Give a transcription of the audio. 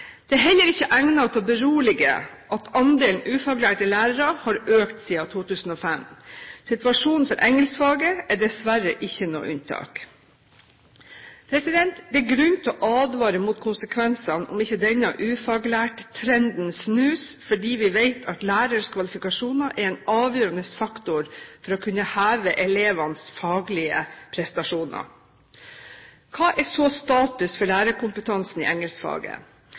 Det er heller ikke egnet til å berolige at andelen ufaglærte lærere har økt siden 2005. Situasjonen for engelskfaget er dessverre ikke noe unntak. Det er grunn til å advare mot konsekvensene om ikke denne ufaglærttrenden snus, fordi vi vet at lærernes kvalifikasjoner er en avgjørende faktor for å kunne heve elevenes faglige prestasjoner. Hva er så status for lærerkompetansen i